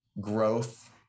growth